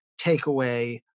takeaway